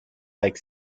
lake